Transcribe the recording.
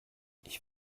ich